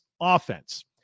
offense